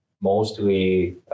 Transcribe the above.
mostly